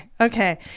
Okay